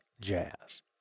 jazz